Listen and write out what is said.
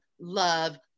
love